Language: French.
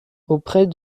auprès